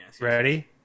Ready